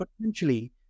potentially